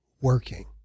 working